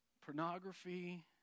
pornography